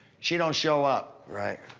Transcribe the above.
she don't show up. right.